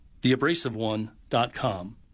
theabrasiveone.com